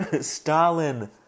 Stalin